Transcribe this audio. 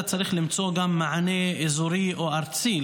אתה צריך למצוא מענה אזורי או ארצי,